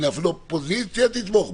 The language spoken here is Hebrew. הנה, אפילו האופוזיציה תתמוך.